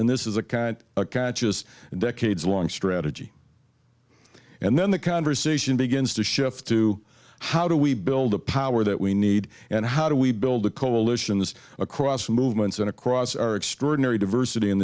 and this is a kind of catch is a decades long strategy and then the conversation begins to shift to how do we build a power that we need and how do we build coalitions across movements and across our extraordinary diversity in